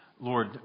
Lord